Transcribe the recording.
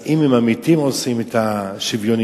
אם עם המתים עושים את השוויוניות,